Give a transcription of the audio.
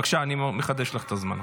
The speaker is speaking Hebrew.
בבקשה, אני מחדש לך את הזמן.